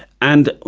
and